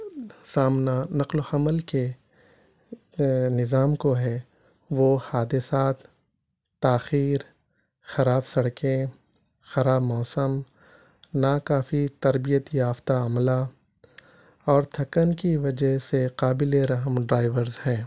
سامنا نقل و حمل کے نظام کو ہے وہ حادثات تاخیر خراب سڑکیں خراب موسم ناکافی تربیت یافتہ عملہ اور تھکن کی وجہ سے قابلِ رحم ڈرائیورز ہیں